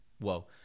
whoa